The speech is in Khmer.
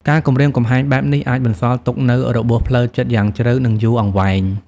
ការគំរាមកំហែងបែបនេះអាចបន្សល់ទុកនូវរបួសផ្លូវចិត្តយ៉ាងជ្រៅ និងយូរអង្វែង។